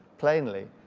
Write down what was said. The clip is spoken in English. plainly,